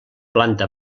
planta